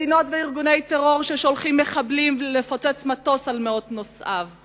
מדינות וארגוני טרור ששולחים מחבלים לפוצץ מטוס על מאות נוסעיו,